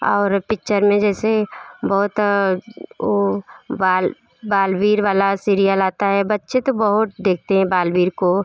और पिक्चर में जैसे बहुत वो बाल बालवीर वाला सीरियल आता है बच्चे तो बहुत देखते हैं बालवीर को